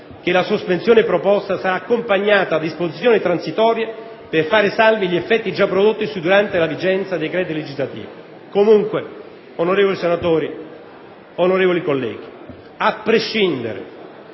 che la sospensione proposta sarà accompagnata da disposizioni transitorie per fare salvi gli effetti già prodottisi durante la vigenza dei decreti legislativi. Comunque, onorevoli senatori, onorevoli colleghi, a prescindere